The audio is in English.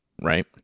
Right